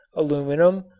aluminum,